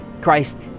Christ